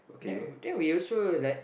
then we then we also like